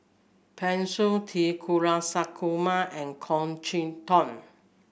Pan Shou T Kulasekaram and Goh Chok Tong